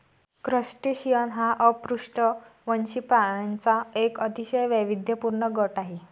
crustacean हा अपृष्ठवंशी प्राण्यांचा एक अतिशय वैविध्यपूर्ण गट आहे